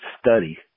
study